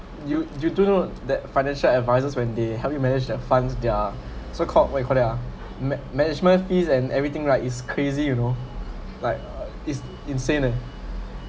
you you don't know that financial advisers when they help you manage your funds their so called what you call that ah mm man~ management fees and everything right it's crazy you know like uh it's insane